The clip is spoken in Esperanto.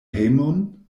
hejmon